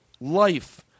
life